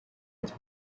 its